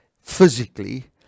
physically